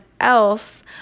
else